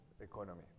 economy